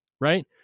right